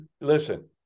listen